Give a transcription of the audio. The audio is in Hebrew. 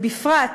ובפרט